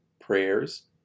prayers